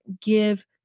give